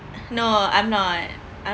no I'm not